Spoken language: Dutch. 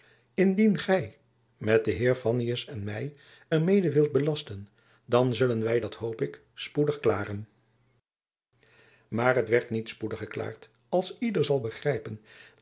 indien gy met den heer fannius en my er u mede wilt belasten dan zullen wy dat hoop ik spoedig klaren maar het werd niet spoedig geklaard als ieder zal begrijpen